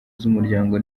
z’umuryango